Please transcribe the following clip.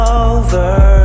over